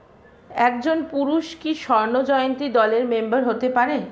একজন পুরুষ কি স্বর্ণ জয়ন্তী দলের মেম্বার হতে পারে?